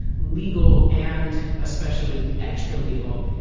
legal and especially extra-legal,